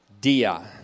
dia